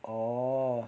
orh